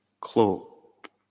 cloak